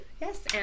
Yes